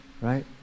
right